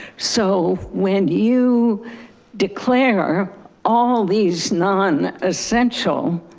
so, when you declare all these non essential